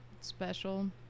special